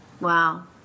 Wow